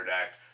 act